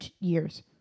years